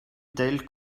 telle